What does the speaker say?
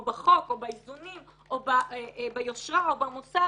בחוק או באיזונים או ביושרה או במוסר,